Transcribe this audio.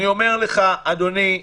אני אומר לך, אדוני: